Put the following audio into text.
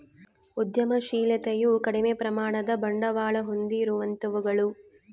ಉದ್ಯಮಶಿಲತೆಯು ಕಡಿಮೆ ಪ್ರಮಾಣದ ಬಂಡವಾಳ ಹೊಂದಿರುವಂತವುಗಳು